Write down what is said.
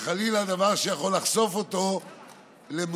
דבר שיכול חלילה לחשוף אותו למגבלות